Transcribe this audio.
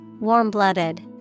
Warm-blooded